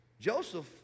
Joseph